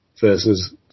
versus